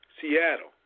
Seattle